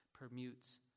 permutes